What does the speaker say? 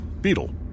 Beetle